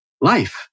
life